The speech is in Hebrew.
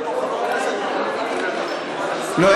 אני,